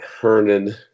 Hernan